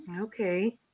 Okay